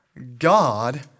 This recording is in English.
God